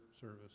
service